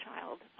child